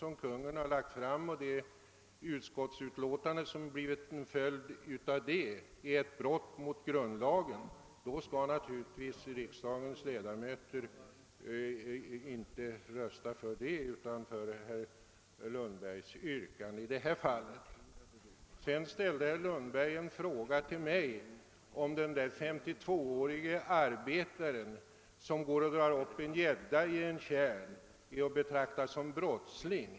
Om man har den uppfattningen att denna votering är ett brott mot grundlagen, skall riksdagens ledamöter naturligtvis inte rösta för utskottets hemställan, utan för det föreslag som herr Lundberg framställt. Herr Lundberg riktade också en fråga till mig, nämligen om den 52-årige ar tjärn är att betrakta som en brottsling.